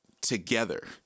together